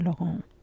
Laurent